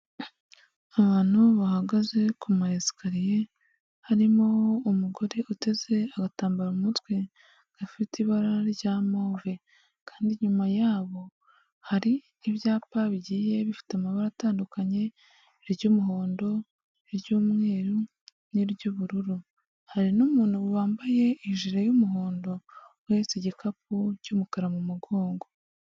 Abantu bahagaze ku ma esikariye, harimo umugore uteze agatambaro mu mutwe gafite ibara rya move kandi inyuma yabo hari ibyapa bigiye bifite amabara atandukanye iry'umuhondo, iry'umweru n'iry'ubururu, hari n'umuntu wambaye ijire y'umuhondo uhetse igikapu cy'umukara mu mugongo.